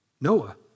Noah